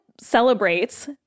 celebrates